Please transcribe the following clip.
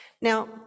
Now